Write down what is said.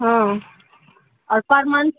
ہاں اور پر منتھ